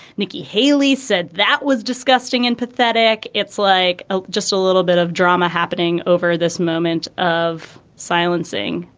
nikki haley said that was disgusting and pathetic. it's like ah just a little bit of drama happening over this moment of silencing.